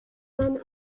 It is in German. man